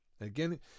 Again